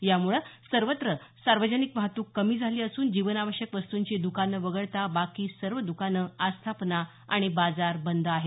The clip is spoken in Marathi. यामुळे सर्वत्र सार्वजनिक वाहतूक कमी झाली असून जीवनाश्यक वस्तूंची दकानं वगळता बाकी सर्व दकानं आस्थापना आणि बाजार बंद आहेत